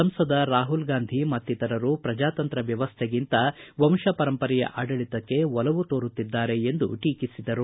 ಸಂಸದ ರಾಹುಲ್ ಗಾಂಧಿ ಮತ್ತಿತರರು ಪ್ರಜಾತಂತ್ರ ವ್ಯವಸ್ಥೆಗಿಂತ ವಂಶಪಾರಂಪರೆಯ ಆಡಳಿತಕ್ಕೆ ಒಲವು ತೋರುತ್ತಿದ್ದಾರೆ ಎಂದು ಟೀಕಿಸಿದರು